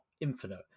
infinite